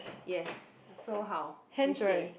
yes so how which day